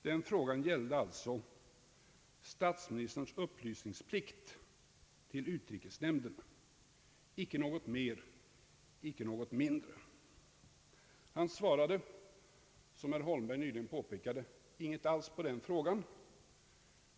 Den frågan gällde alltså statsministerns upplysningsplikt till utrikesnämnden — inte något mer, inte något mindre. Han svarade, som herr Holmberg nyligen påpekade, ingenting alls på den frågan.